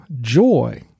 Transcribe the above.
joy